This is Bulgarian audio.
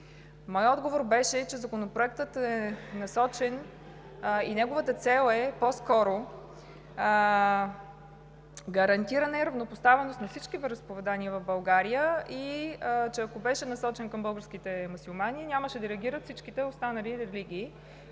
Моят отговор беше, че Законопроектът е насочен и неговата цел е по-скоро гарантиране равнопоставеност на всички вероизповедания в България и че ако беше насочен към българските мюсюлмани, нямаше да реагират всичките останали религии